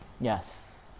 Yes